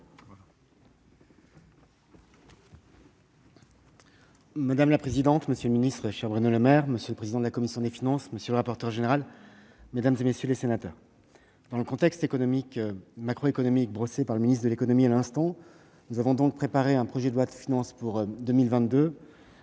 Madame la présidente, monsieur le ministre- cher Bruno Le Maire -, monsieur le président de la commission des finances, monsieur le rapporteur général, mesdames, messieurs les sénateurs, dans le contexte macroéconomique brossé par le ministre de l'économie à l'instant, nous avons préparé un projet de loi de finances pour 2022